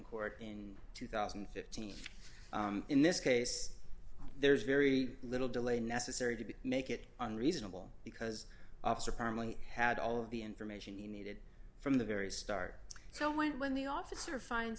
court in two thousand and fifteen in this case there's very little delay necessary to make it on reasonable because had all the information he needed from the very start so when the officer finds